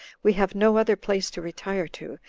we have no other place to retire to,